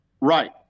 Right